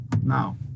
now